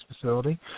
facility